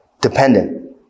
Dependent